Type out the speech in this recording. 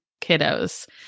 kiddos